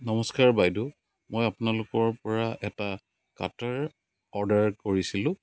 নমস্কাৰ বাইদেউ মই আপোনালোকৰ পৰা এটা কাটাৰ অৰ্ডাৰ কৰিছিলোঁ